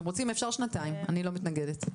אפשר לקבוע שנתיים, אני לא מתנגדת.